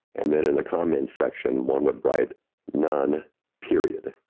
and then in the comments section, one would write none period.